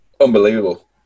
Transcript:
Unbelievable